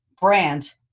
brand